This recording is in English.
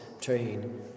train